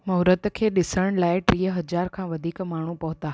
महूरति खे ॾिसण लाइ टीह हज़ार खां वधीक माण्हूं पहुता